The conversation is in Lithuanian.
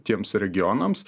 tiems regionams